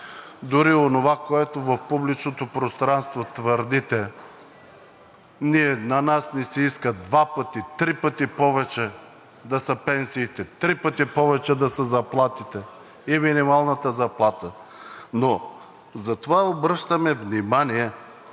дори онова, което в публичното пространство твърдите – на нас ни се иска два пъти, три пъти повече да са повече пенсиите, три пъти да са повече заплатите и минималната заплата, но затова обръщаме внимание